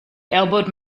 elbowed